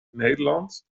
nederland